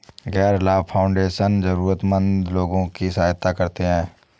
गैर लाभ फाउंडेशन जरूरतमन्द लोगों की सहायता करते हैं